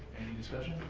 any discussion?